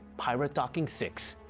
pirate docking six,